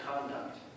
conduct